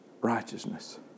righteousness